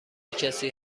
کسی